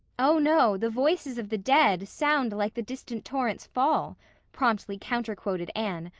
oh, no, the voices of the dead sound like the distant torrent's fall promptly counter-quoted anne,